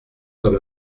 comme